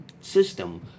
system